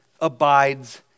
abides